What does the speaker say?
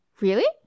Really